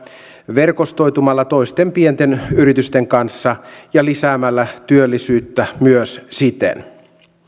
verkostoitumalla toisten pienten yritysten kanssa ja lisäämällä työllisyyttä myös siten